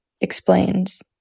explains